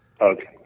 Okay